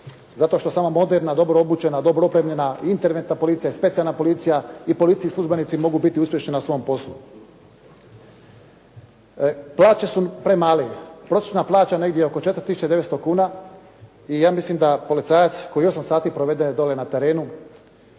zato što samo moderna dobro obučena, dobro opremljena interventna policija i specijalna policija i policijski službenici mogu biti uspješni na svom poslu. Plaće su premale. Prosječna plaća negdje oko 4 tisuće 900 kuna i ja mislim da policajac koji 8 sati provede dole na terenu,